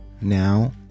now